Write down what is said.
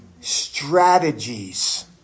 Strategies